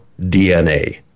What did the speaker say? DNA